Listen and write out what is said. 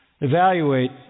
evaluate